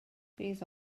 bydd